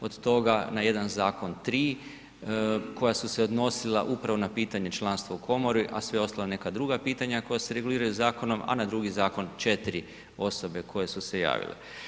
Od toga na jedan zakon 3 koja su se odnosila upravo na pitanje članstva u komori, a sve ostalo neka druga pitanja koja se reguliraju zakonom, a na drugi zakon 4 osobe koje su se javile.